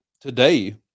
today